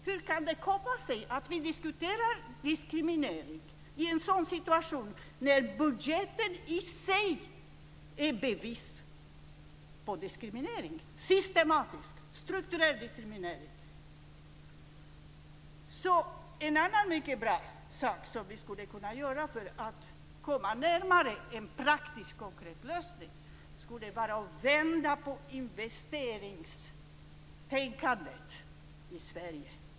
Hur kan det komma sig att vi diskuterar diskriminering i en sådan situation när budgeten i sig är bevis på systematisk strukturell diskriminering? En annan mycket bra sak som vi skulle kunna göra för att komma närmare en praktiskt och konkret lösning är att vända på investeringstänkandet i Sverige.